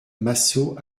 massot